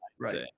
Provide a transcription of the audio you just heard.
right